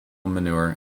manure